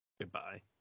Goodbye